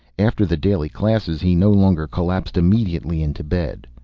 after the daily classes he no longer collapsed immediately into bed.